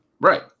Right